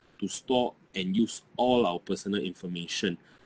to store and use all our personal information